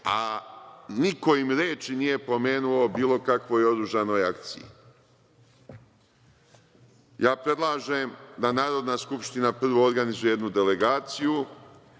a niko im reči nije pomenuo o bilo kakvoj oružanoj akciji. Ja predlažem da Narodna skupština prvo organizuje jednu delegaciju,